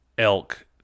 elk